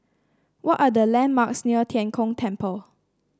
what are the landmarks near Tian Kong Temple